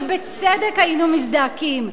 ובצדק היינו מזדעקים.